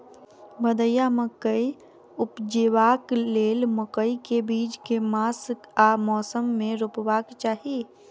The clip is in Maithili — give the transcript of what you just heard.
भदैया मकई उपजेबाक लेल मकई केँ बीज केँ मास आ मौसम मे रोपबाक चाहि?